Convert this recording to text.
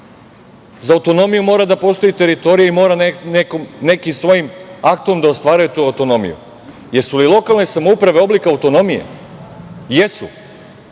Za autonomiju mora da postoji teritorija i mora nekim svojim aktom da ostvaruje tu autonomiju. Jesu li lokalne samouprave oblik autonomije? Jesu.